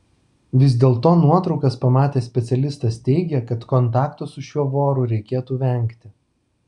vis dėlto nuotraukas pamatęs specialistas teigė kad kontakto su šiuo voru reikėtų vengti